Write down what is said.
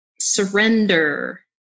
surrender